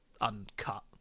uncut